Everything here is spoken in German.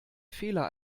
fehler